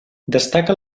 destaca